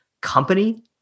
company